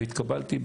והתקבלתי,